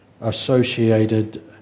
associated